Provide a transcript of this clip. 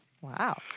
Wow